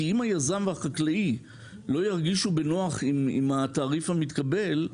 כי אם היזם והחקלאי לא ירגישו בנוח עם התעריף המתקבל,